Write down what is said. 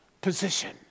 position